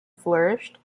flourished